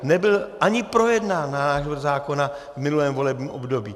Nebyl ani projednán náš návrh zákona v minulém volebním období.